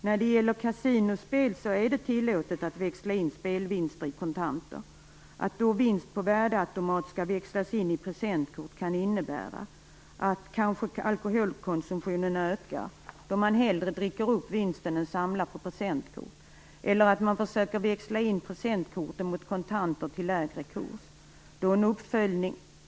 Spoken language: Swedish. När det gäller kasinospel är det tillåtet att växla in spelvinster i kontanter. Att då vinst på värdeautomat skall växlas in i presentkort kan innebära att alkoholkonsumtionen ökar, då man hellre dricker upp vinsten än samlar på presentkort, eller att man försöker växla in presentkorten mot kontanter till lägre kurs.